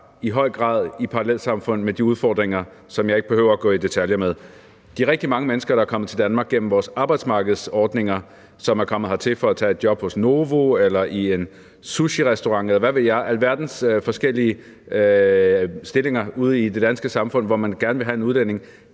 i høj grad i parallelsamfund med udfordringer, som jeg ikke behøver at gå i detaljer med. De rigtig mange mennesker, der er kommet til Danmark gennem vores arbejdsmarkedsordning for at tage et job hos Novo eller i en sushirestaurant eller arbejde alverdens andre forskellige steder i det danske samfund, hvor man gerne vil have en udlænding,